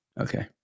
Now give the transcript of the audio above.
Okay